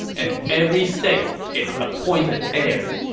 and every state its appointed heir.